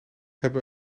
hebben